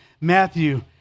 Matthew